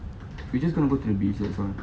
we just gonna go to beach that's why